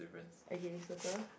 okay settle